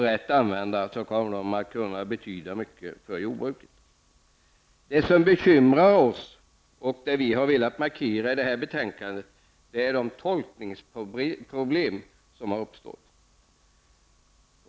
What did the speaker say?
Rätt använda kommer de att kunna betyda mycket för jordbruket. Det som bekymrar oss -- och som vi har velat markera i detta betänkande -- är de tolkningsproblem som har uppstått.